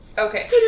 Okay